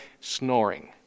snoring